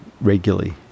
regularly